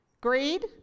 Greed